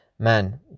Man